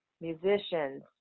musicians